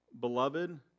Beloved